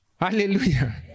Hallelujah